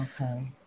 Okay